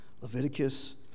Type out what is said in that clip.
Leviticus